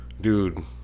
dude